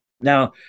Now